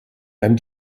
beim